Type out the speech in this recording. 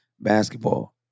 basketball